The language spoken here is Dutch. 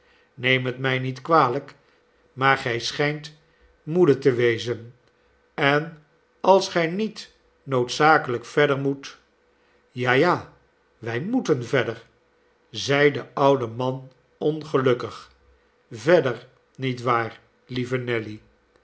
neem het mij nietkwalijk maar gij schijnt moede te wezen en als gij niet noodzakelijk verder moet ja ja wij moeten verder zeide de oude man ongeduldig verder niet waar lieve nelly